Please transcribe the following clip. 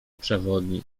przewodnik